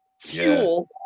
fuel